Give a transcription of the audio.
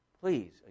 Please